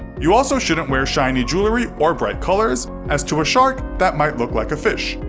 you also shouldn't wear shiny jewelry or bright colors, as to a shark, that might look like fish.